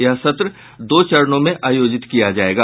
यह सत्र दो चरणों में आयोजित किया जायेगा